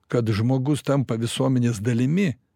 kad žmogus tampa visuomenės dalimi